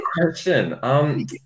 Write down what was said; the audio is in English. Question